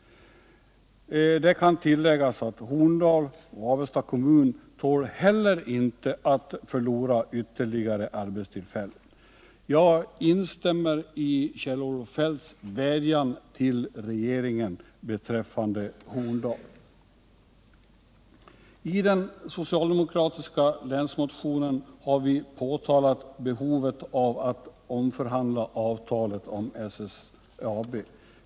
Det kan tilläggas att Horndal och Avesta kommun inte heller tål att förlora ytterligare arbetstillfällen. Jag instämmer i Kjell-Olof Feldts vädjan till regeringen beträffande Horndal. I den socialdemokratiska länsmotionen har vi pekat på behovet av att omförhandla avtalet om SSAB.